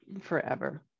forever